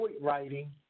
writing